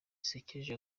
zisekeje